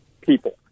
people